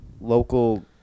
local